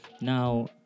now